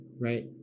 right